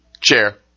chair